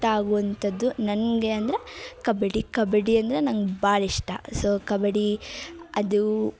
ಆಗುವಂಥದ್ದು ನನಗೆ ಅಂದರೆ ಕಬಡ್ಡಿ ಕಬಡ್ಡಿ ಅಂದರೆ ನನ್ಗೆ ಭಾಳ ಇಷ್ಟ ಸೋ ಕಬಡ್ಡಿ ಅದು